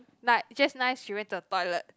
like just nice she went to the toilet